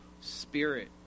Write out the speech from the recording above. spirit